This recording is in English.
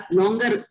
longer